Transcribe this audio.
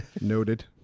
Noted